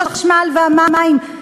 החשמל והמים,